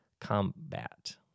combat